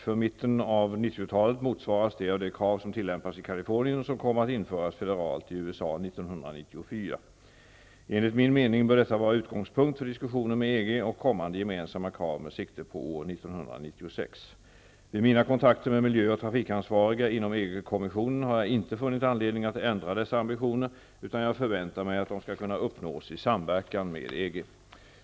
För mitten av 90-talet motsvaras det av de krav som tillämpas i Kalifornien och som kommer att införas federalt i USA 1994. Enligt min mening bör detta vara utgångspunkt för diskussionen med EG om kommande gemensamma krav med sikte på år 1996. Vid mina kontakter med miljö och trafikansvariga inom EG-kommissionen har jag inte funnit anledning att ändra dessa ambitioner, utan jag förväntar mig att de skall kunna uppnås i samverkan med EG.